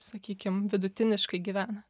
sakykim vidutiniškai gyvena